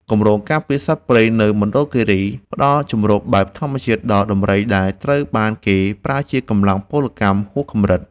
គម្រោងការពារសត្វដំរី នៅមណ្ឌលគិរី ផ្ដល់ជម្រកបែបធម្មជាតិដល់ដំរីដែលត្រូវបានគេប្រើជាកម្លាំងពលកម្មហួសកម្រិត។